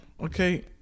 Okay